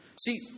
See